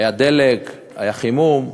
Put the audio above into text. היה דלק, היה חימום.